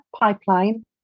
Pipeline